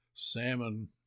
salmon